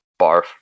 barf